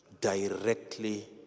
directly